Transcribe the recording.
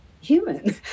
human